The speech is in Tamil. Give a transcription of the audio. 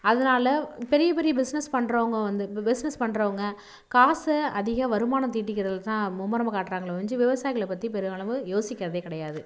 அதனால பெரிய பெரிய பிஸ்னஸ் பண்றவங்க வந்து பிஸ்னஸ் பண்றவங்க காசை அதிக வருமானம் தீட்டிக்கிறதில் தான் மும்முரமும் காட்டுறாங்களே ஒழிஞ்சு விவசாயிகளை பற்றி பெருமளவு யோசிக்கிறதே கிடையாது